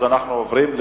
אז אנחנו עוברים,